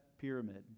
pyramid